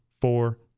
four